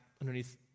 underneath